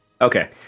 Okay